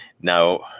Now